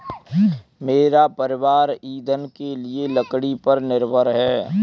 मेरा परिवार ईंधन के लिए लकड़ी पर निर्भर है